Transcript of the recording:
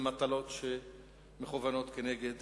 ומטלות שמכוונות נגד